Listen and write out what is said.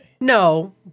No